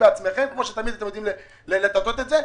בעצמם כפי שתמיד אתם יודעים לטאטא את זה.